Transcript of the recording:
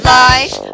life